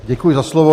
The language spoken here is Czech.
Děkuji za slovo.